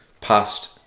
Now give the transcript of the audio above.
past